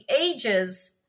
ages